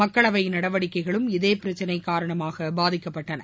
மக்களவை நடவடிக்கைகளும் இதே பிரச்சினை காரணமாக பாதிக்கப்பட்டது